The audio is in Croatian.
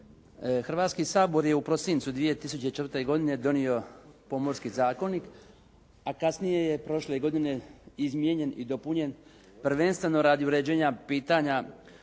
Hrvatski sabor je u prosincu 2004. godine donio Pomorski zakonik, a kasnije je prošle godine izmijenjen i dopunjen prvenstveno radi uređenja pitanja